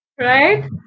Right